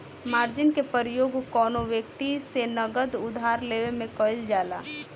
margin के प्रयोग कौनो व्यक्ति से नगद उधार लेवे में कईल जाला